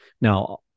Now